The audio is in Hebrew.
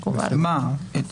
אתה מבין?